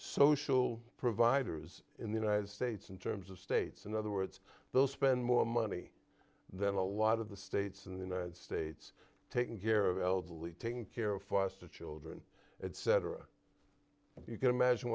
social providers in the united states in terms of states in other words they'll spend more money than a lot of the states in the united states taking care of elderly taking care of foster children etc if you can imagine